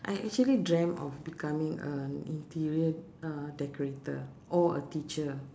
I actually dreamt of becoming an interior uh decorator or a teacher